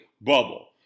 bubble